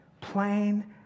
Plain